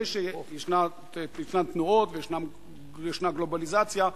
מפני שישנה תנועה וישנה גלובליזציה,